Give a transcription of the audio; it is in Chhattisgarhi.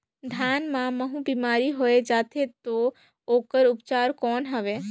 धान मां महू बीमारी होय जाथे तो ओकर उपचार कौन हवे?